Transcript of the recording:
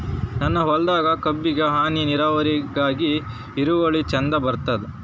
ನನ್ನ ಹೊಲದಾಗ ಕಬ್ಬಿಗಿ ಹನಿ ನಿರಾವರಿಹಾಕಿದೆ ಇಳುವರಿ ಚಂದ ಬರತ್ತಾದ?